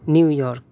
New York